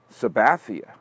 Sabathia